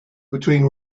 between